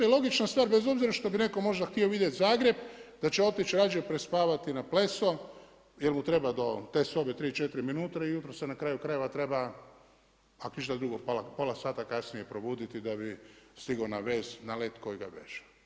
I logična stvar bez obzira što bi neko možda htio vidjeti Zagreb da će otići rađe prespavati na Pleso jer mu treba do te sobe tri, četiri minuta i ujutro se na kraju krajeva treba ako ništa drugo pola sata kasnije probuditi da bi stigao na let koji ga veže.